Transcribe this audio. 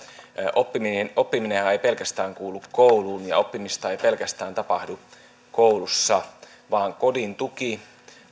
oppiminenhan ei pelkästään kuulu kouluun ja oppimista ei tapahdu pelkästään koulussa vaan kodin tuki